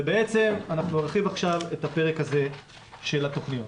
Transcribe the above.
ובעצם אנחנו נרחיב עכשיו את הפרק הזה של התוכניות.